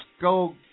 go